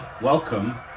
Welcome